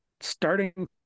starting